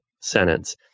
sentence